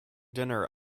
dinner